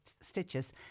stitches